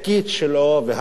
והכלכלית שלו,